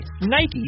Nike